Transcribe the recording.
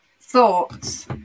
Thoughts